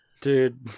Dude